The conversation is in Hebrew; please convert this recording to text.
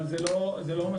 אבל זה לא מספיק,